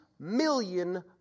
Million